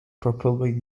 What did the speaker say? propelled